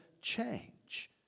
change